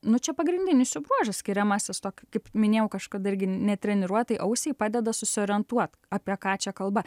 nu čia pagrindinis jų bruožas skiriamasis to kaip minėjau kažkada irgi netreniruotai ausiai padeda susiorientuot apie ką čia kalba